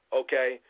okay